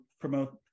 promote